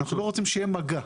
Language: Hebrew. אנחנו לא רוצים שיהיה מגע.